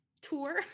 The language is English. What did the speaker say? tour